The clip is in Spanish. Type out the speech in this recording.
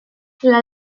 las